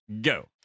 go